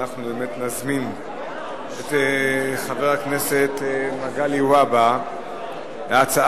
ואנחנו באמת נזמין את חבר הכנסת מגלי והבה להציע